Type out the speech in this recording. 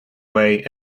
way